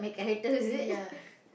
ya